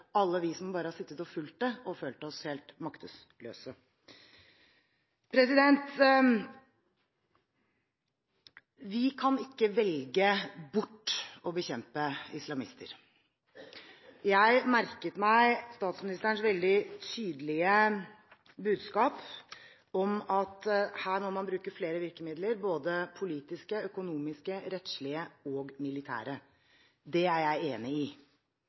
alle oss som bare har sittet og fulgt dette og følt oss helt maktesløse. Vi kan ikke velge bort å bekjempe islamister. Jeg merket meg statsministerens veldig tydelige budskap om at her må man bruke flere virkemidler, både politiske, økonomiske, rettslige og militære. Det er jeg enig i.